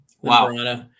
Wow